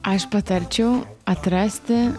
aš patarčiau atrasti